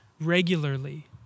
regularly